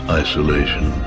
isolation